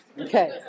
okay